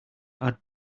are